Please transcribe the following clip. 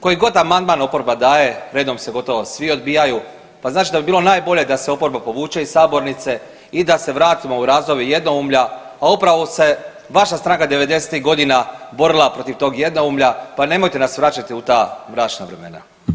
Kojigod amandman oporba daje redom se gotovo svi odbijaju, pa znači da bi bilo najbolje da se oporba povuče iz sabornice i da se vratimo u razdoblje jednoumlja, a upravo se vaša stranka devedesetih godina borila tog jednoumlja pa nemojte nas vraćati u ta mračna vremena.